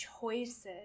choices